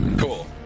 Cool